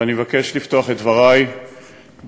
ואני מבקש לפתוח את דברי בסמל,